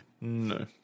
No